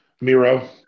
Miro